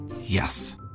Yes